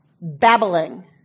babbling